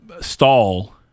stall